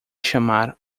chamar